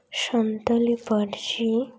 ᱥᱟᱱᱛᱟᱲᱤ ᱯᱟᱹᱨᱥᱤ